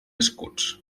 escuts